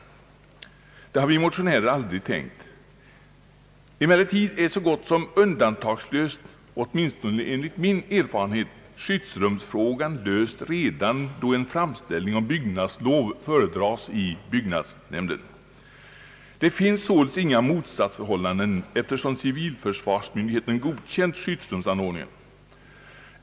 Det har vi motionärer aldrig tänkt. Emellertid är så gott som undantagslöst — åtminstone enligt min erfarenhet — skyddsrumsfrågan löst redan då en framställning om byggnadslov föredras i byggnadsnämnden. Det finns således inga motsatsförhållanden, eftersom civilförsvarsmyndigheten godkänt skyddsrumsanläggningen.